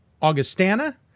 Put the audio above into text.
Augustana